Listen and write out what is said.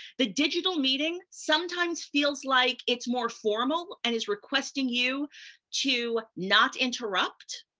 the digital meeting sometimes feels like it's more formal and is requesting you to not interrupt.